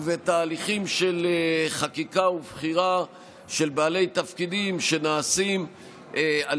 ובתהליכים של חקיקה ובחירה של בעלי תפקידים שנעשים על